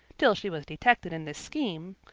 till she was detected in this scheme,